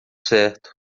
certo